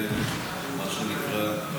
מה שנקרא,